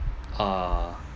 err